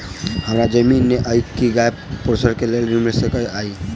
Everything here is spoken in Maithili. हमरा जमीन नै अई की गाय पोसअ केँ लेल ऋण मिल सकैत अई?